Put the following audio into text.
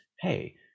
hey